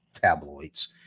tabloids